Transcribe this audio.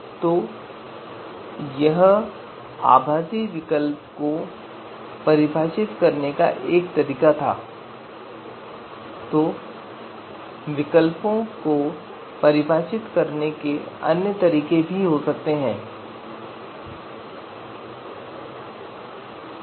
तो यह आभासी विकल्प को परिभाषित करने का एक तरीका था तो विकल्पों को परिभाषित करने के अन्य तरीके भी हो सकते थे